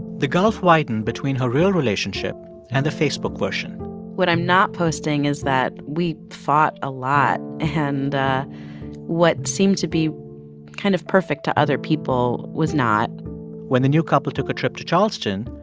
the gulf widened between her real relationship and the facebook version what i'm not posting is that we fought a lot. and what seemed to be kind of perfect to other people was not when the new couple took a trip to charleston,